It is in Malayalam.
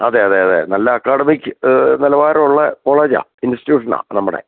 അതെ അതെ അതെ നല്ല അക്കാഡമിക്ക് നിലവാരവുള്ള കോളേജാണ് ഇൻസ്റ്റിട്യൂഷനാണ് നമ്മുടെ